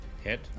Hit